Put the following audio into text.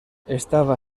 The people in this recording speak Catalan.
estava